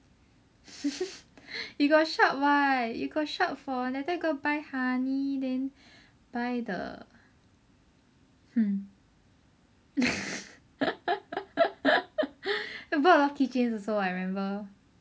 you got shop what you got shop for that time go buy honey then buy the hmm bought a lot of keychains also what I remember